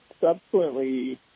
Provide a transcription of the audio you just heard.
subsequently